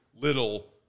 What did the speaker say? little